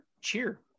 cheer